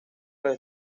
los